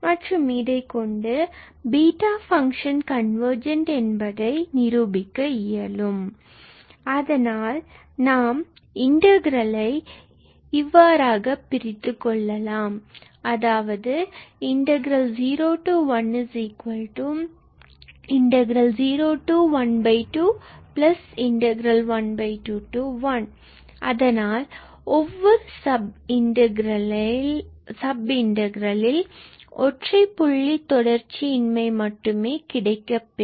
மற்றும் இதை கொண்டு பீட்டா ஃபங்க்ஷன் கன்வர்ஜெண்ட் என்பதை நிரூபிக்க இயலும் அதனால் நாம் இன்டகிரல்லை 01f dx012f dx121f dx இவ்வாறாக பிரித்துக் கொள்ளலாம் அதனால் ஒவ்வொரு சப் இன்டகிரலில் ஒற்றைப் புள்ளி தொடர்ச்சியின்மை மட்டுமே கிடைக்கப் பெறும்